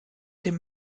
dem